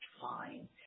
fine